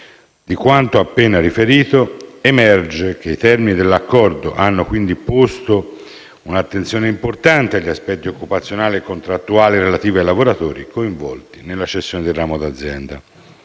di quanto appena riferito, emerge che i termini dell'accordo hanno, quindi, posto un'attenzione importante agli aspetti occupazionali e contrattuali relativi ai lavoratori coinvolti nella cessione del ramo d'azienda.